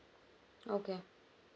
okay